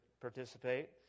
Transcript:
participate